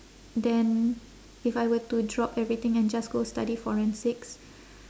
then if I were to drop everything and just go study forensics